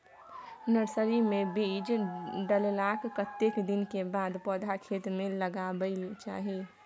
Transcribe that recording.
Nursery मे बीज डाललाक कतेक दिन के बाद पौधा खेत मे लगाबैक चाही?